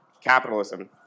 capitalism